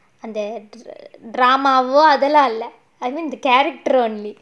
all that drama [what] அதுலாம் இல்ல:adhulaam illa I mean the character only